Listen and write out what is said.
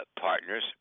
partners